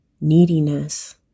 neediness